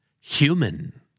human